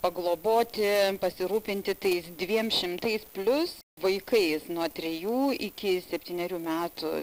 pagloboti pasirūpinti tais dviem šimtais plius vaikais nuo trejų iki septynerių metų